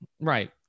Right